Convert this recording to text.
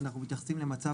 אנחנו קובעים,